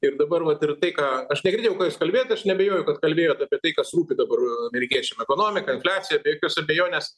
ir dabar vat ir tai ką aš negirdėjau ką jūs kalbėjot aš neabejoju kad kalbėjot apie tai kas rūpi dabar amerikiečiam ekonomika infliacija be jokios abejonės